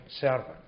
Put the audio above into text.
servant